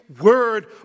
word